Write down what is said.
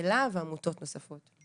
'אלה' ועמותות נוספות.